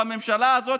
בממשלה הזאת,